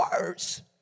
words